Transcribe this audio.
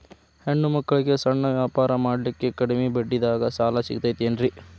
ಹೆಣ್ಣ ಮಕ್ಕಳಿಗೆ ಸಣ್ಣ ವ್ಯಾಪಾರ ಮಾಡ್ಲಿಕ್ಕೆ ಕಡಿಮಿ ಬಡ್ಡಿದಾಗ ಸಾಲ ಸಿಗತೈತೇನ್ರಿ?